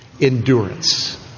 endurance